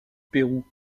pérou